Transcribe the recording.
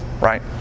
Right